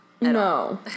No